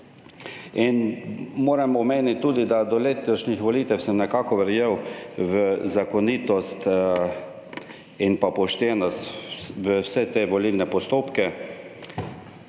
Moram omeniti tudi, da do letošnjih volitev sem nekako verjel v zakonitost in poštenost, v vse te volilne postopke,